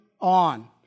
on